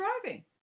driving